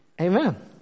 Amen